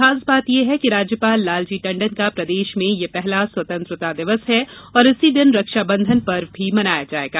खास बात यह भी है कि राज्यपाल लालजी टंडन का प्रदेश में यह पहला स्वतंत्रता दिवस है और इसी दिन रक्षाबंधन पर्व मनाया जायेगा